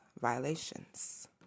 violations